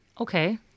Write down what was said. okay